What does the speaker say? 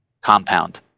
compound